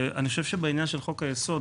אני חושב שבעניין חוק היסוד,